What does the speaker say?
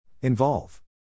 Involve